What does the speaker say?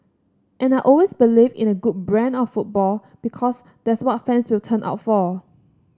and I always believed in a good brand of football because that's what fans will turn up for